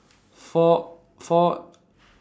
four four